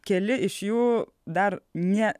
keli iš jų dar ne